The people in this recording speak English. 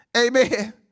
Amen